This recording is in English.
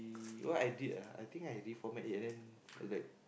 what I did ah I think I already format it leh it was like